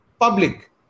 public